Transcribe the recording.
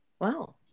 Wow